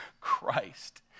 Christ